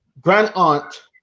grand-aunt